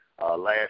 Last